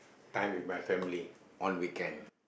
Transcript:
time with my family on weekend